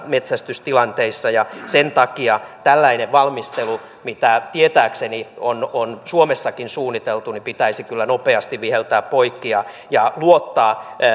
metsästystilanteissa ja sen takia tällainen valmistelu mitä tietääkseni on on suomessakin suunniteltu pitäisi kyllä nopeasti viheltää poikki ja ja luottaa